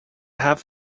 half